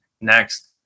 next